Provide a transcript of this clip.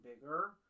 bigger